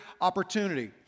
opportunity